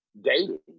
dating